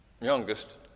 youngest